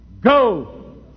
go